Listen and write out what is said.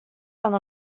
fan